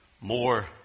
more